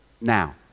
now